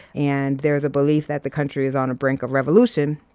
and there is a belief that the country is on a brink of revolution.